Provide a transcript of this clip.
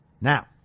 Now